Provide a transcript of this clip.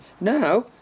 Now